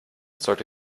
sollte